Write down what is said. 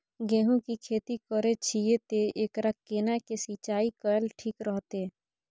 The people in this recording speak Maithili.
गेहूं की खेती करे छिये ते एकरा केना के सिंचाई कैल ठीक रहते?